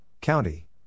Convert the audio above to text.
County